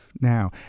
now